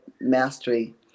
mastery